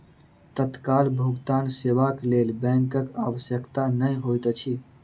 तत्काल भुगतान सेवाक लेल बैंकक आवश्यकता नै होइत अछि